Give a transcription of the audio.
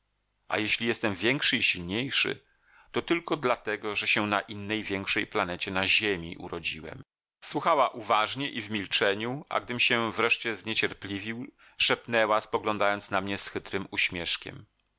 a jeśli jestem większy i silniejszy to tylko dlatego że się na innej większej planecie na ziemi urodziłem słuchała uważnie i w milczeniu a gdym się wreszcie zniecierpliwił szepnęła spoglądając na mnie z chytrym uśmieszkiem